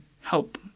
help